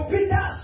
Peter